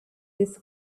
this